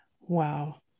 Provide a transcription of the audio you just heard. Wow